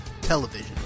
television